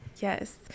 Yes